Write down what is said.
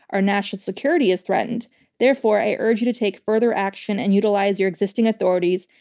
our national security is threatened therefore, i urge you to take further action and utilize your existing authorities,